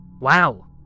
Wow